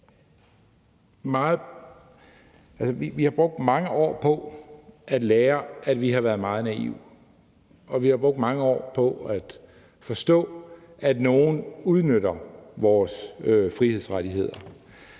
Vi har brugt mange år på at lære, at vi har været meget naive, og vi har brugt mange år på at forstå, at nogle udnytter vores frihedsrettigheder.